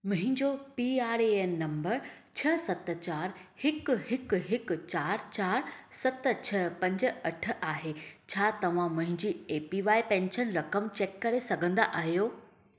मुंहिंजो P R A N number छ्ह सत चारि हिकु हिकु हिकु चारि चारि सत छ्ह पंज अठ आहे छा तव्हां मुंहिंजी ऐ पी वाए पेंशन रक़म चेक करे सघंदा आहियो